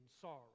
sorrow